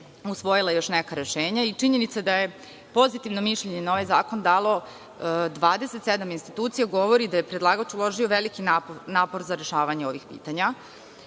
usvojila još neka rešenja i činjenica da je pozitivno mišljenje na ovaj zakon dalo 27 institucija, govori da je predlagač uložio veliki napor za rešavanje ovih pitanja.